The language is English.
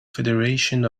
federation